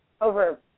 over